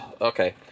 okay